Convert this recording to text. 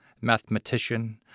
mathematician